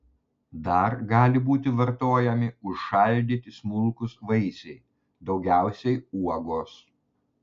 dar gali būti vartojami užšaldyti smulkūs vaisiai daugiausiai uogos